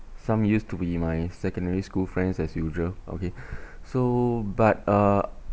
some used to be my secondary school friends as usual okay so but uh